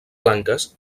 blanques